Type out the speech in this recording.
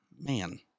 man